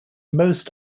most